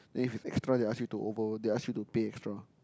then if it's extra they ask you to over they ask you to pay extra